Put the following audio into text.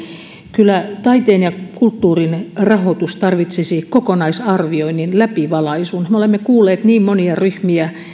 kyllä taiteen ja kulttuurin rahoitus tarvitsisi kokonaisarvioinnin läpivalaisun me olemme kuulleet niin monia ryhmiä